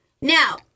Now